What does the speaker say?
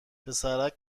پسرک